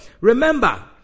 Remember